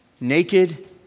Naked